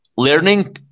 Learning